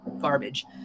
garbage